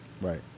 Right